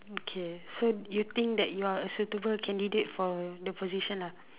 okay so you think that you are a suitable candidate for the position lah